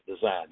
design